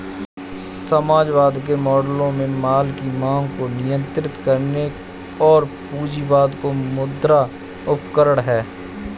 समाजवाद के मॉडलों में माल की मांग को नियंत्रित करने और पूंजीवाद के मुद्रा उपकरण है